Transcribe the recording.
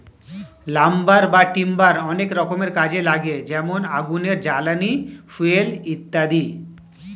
lumber বা timber অনেক রকমের কাজে লাগে যেমন আগুনের জ্বালানি, ফুয়েল ইত্যাদি